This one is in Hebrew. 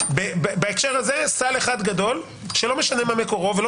בהקשר הזה סל אחד גדול שלא משנה מה מקורו ולא